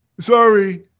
Sorry